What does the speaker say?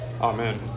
Amen